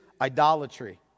idolatry